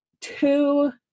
two